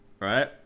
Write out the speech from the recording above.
right